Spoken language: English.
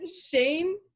shame